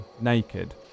naked